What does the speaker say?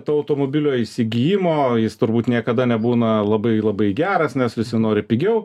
to automobilio įsigijimo jis turbūt niekada nebūna labai labai geras nes visi nori pigiau